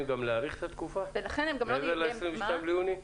גם להאריך את התקופה מעבר ל-22 ביוני?